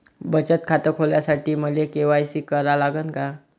बचत खात खोलासाठी मले के.वाय.सी करा लागन का?